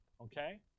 Okay